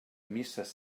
misses